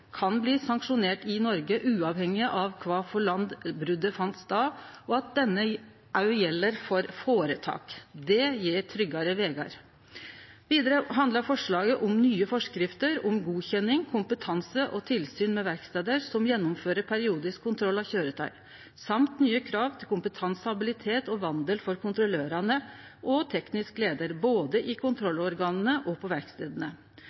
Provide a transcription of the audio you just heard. kan bli sanksjonert i Noreg, uavhengig av kva land brotet fann stad i, og at dette òg gjeld for føretak. Det gjev tryggare vegar. Vidare handlar forslaget om nye forskrifter om godkjenning, kompetanse og tilsyn med verkstader som gjennomfører periodisk kontroll av køyretøy, og nye krav til kompetanse, habilitet og vandel for kontrollørane og teknisk leiar, både i kontrollorgana og på